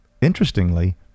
interestingly